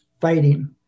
fighting